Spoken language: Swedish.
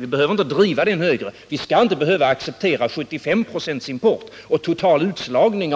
Vi behöver inte driva den nivån högre — vi skall inte behöva acceptera 75 26 import och total utslagning